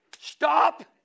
Stop